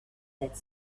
that